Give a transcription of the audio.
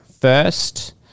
First